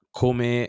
come